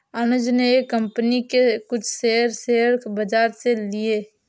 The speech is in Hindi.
अनुज ने एक कंपनी के कुछ शेयर, शेयर बाजार से लिए